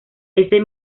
ese